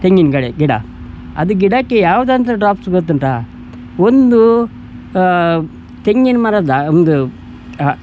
ತೆಂಗಿನ ಗಿಡ ಗಿಡ ಅದು ಗಿಡಕ್ಕೆ ಯಾವುದಂತ ಡ್ರಾಪ್ಸ್ ಗೊತ್ತುಂಟಾ ಒಂದು ತೆಂಗಿನ ಮರದ ಒಂದು